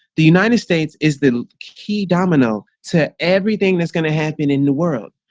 the united states is the key domino to everything that's going to happen in the world,